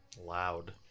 Loud